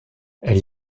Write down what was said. elle